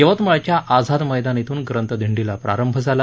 यवतमाळच्या आझाद मैदान इथून ग्रंथदिंडीला प्रारंभ झाला